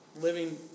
living